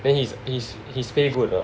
then his his his pay good or not